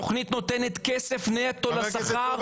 הכי